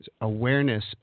awareness